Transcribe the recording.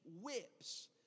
whips